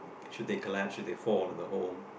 should they collapse should they fall in the home